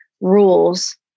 rules